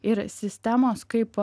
ir sistemos kaip